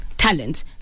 talent